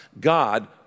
God